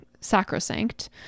sacrosanct